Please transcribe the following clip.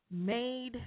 made